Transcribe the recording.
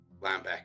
Linebacker